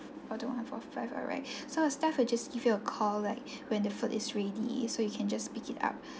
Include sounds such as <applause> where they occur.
four two one four five alright <breath> so our staff will just give you a call like <breath> when the food is ready so you can just pick it up